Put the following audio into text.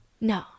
no